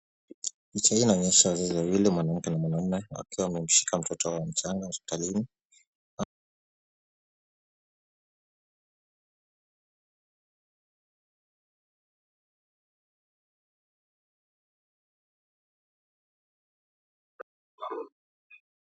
Picha hii inaonesha watu wawili mwananke Na mwanaume wakiwa wamemshika mtoto wao mchanga hospitalini